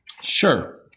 Sure